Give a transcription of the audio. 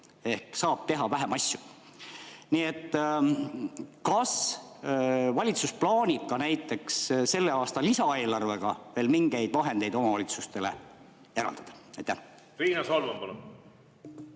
ehk saab teha vähem asju. Kas valitsus plaanib ka näiteks selle aasta lisaeelarvega veel mingeid vahendeid omavalitsustele eraldada?